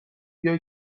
بیای